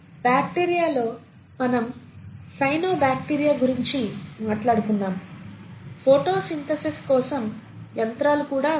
బ్యాక్టీరియాలో మనము సైనోబాక్టీరియా గురించి మాట్లాడుకున్నాము ఫోటో సింథసిస్ కోసం యంత్రాలు కూడా అంతే